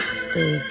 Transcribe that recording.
stay